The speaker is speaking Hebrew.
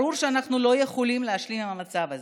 ברור שאנחנו לא יכולים להשלים עם המצב הזה.